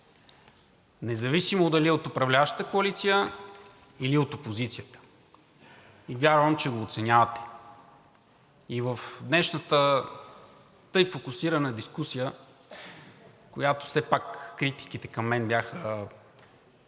независимо дали са от управляващата коалиция, или от опозицията, и вярвам, че го оценявате. И в днешната, тъй фокусирана дискусия, в която все пак критиките към мен бяха